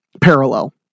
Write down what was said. parallel